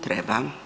Treba.